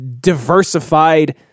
diversified